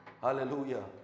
Hallelujah